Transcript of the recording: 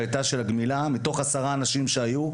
של גמילה,